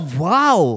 wow